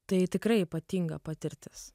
tai tikrai ypatinga patirtis